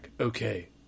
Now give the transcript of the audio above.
okay